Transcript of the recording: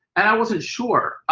and i wasn't sure.